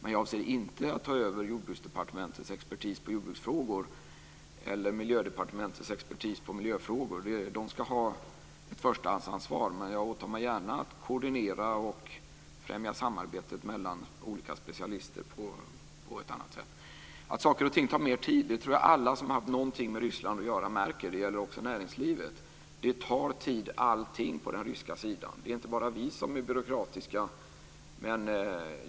Men jag avser inte att ta över Jordbruksdepartementets expertis på jordbruksfrågor eller Miljödepartementets expertis på miljöfrågor. De ska ha ett förstahandsansvar, men jag åtar mig gärna att koordinera och främja samarbetet mellan olika specialister på ett annat sätt. Att saker och ting tar mer tid tror jag att alla som haft med Ryssland att göra märker, också näringslivet. Allting tar tid på den ryska sidan. Det är inte bara vi som är byråkratiska.